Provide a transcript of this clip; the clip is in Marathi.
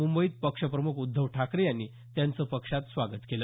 मुंबईत पक्षप्रमुख उद्धव ठाकरे यांनी त्याचं पक्षात स्वागत केलं